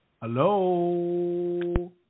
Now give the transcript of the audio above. Hello